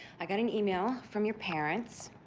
i got an email from your parents.